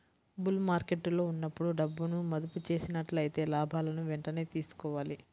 bull మార్కెట్టులో ఉన్నప్పుడు డబ్బును మదుపు చేసినట్లయితే లాభాలను వెంటనే తీసుకోవాలి